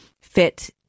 fit